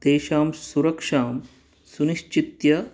तेषां सुरक्षां सुनिश्चित्य